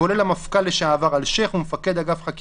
הם מושאלים מהמשטרה ובעצם הם יודעים שהם אמורים לחקור